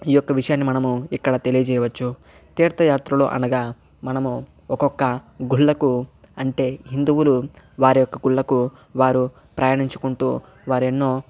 ఈ యొక్క విషయాన్ని మనము ఇక్కడ తెలియజేయవచ్చు తీర్థయాత్రలు అనగా మనము ఒక్కొక్క గుళ్ళకు అంటే హిందువులు వారి యొక్క గుళ్లకు వారు ప్రయాణించుకుంటూ వారు ఎన్నో